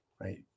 right